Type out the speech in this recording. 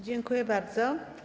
Dziękuję bardzo.